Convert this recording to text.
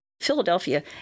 Philadelphia